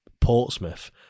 Portsmouth